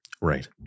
Right